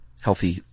healthy